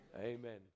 Amen